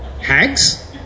Hags